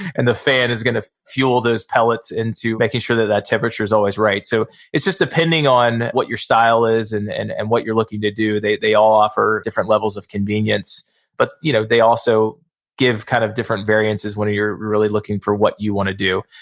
and the fan is gonna fuel this pellets into making sure that that temperature is always right. so it's just depending on what your style is and and and what you're looking to do. they they all offer different levels of convenience but you know they also give kind of different variances when you're really looking for what you wanna do.